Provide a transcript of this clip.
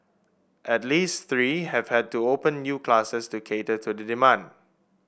at least three have had to open new classes to cater to the demand